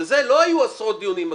ועל זה לא היו עשרות דיונים בכנסת.